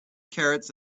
carrots